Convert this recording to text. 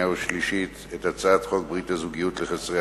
אני גאה להציג את הצעת חוק ברית הזוגיות לחסרי דת,